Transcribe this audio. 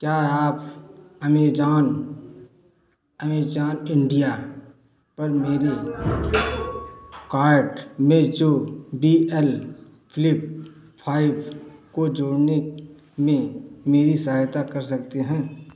क्या आप Amazon Amazon India पर मेरे कार्ट में जो बी एल फ्लिप फाइव को जोड़ने में मेरी सहायता कर सकते हैं